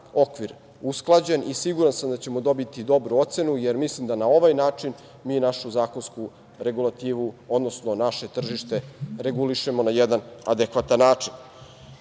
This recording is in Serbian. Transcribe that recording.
okvir usklađen i siguran sam da ćemo dobiti dobru ocenu, jer mislim da na ovaj način mi našu zakonsku regulativu, odnosno naše tržište regulišemo na jedan adekvatan način. Važno